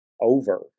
Over